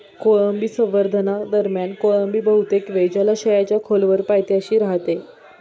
कोळंबी संवर्धनादरम्यान कोळंबी बहुतेक वेळ जलाशयाच्या खोलवर पायथ्याशी राहते